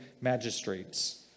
magistrates